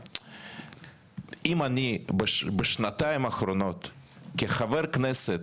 אם אני בשנתיים האחרונות כחבר כנסת,